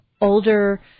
older